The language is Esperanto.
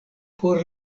por